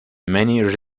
many